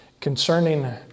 concerning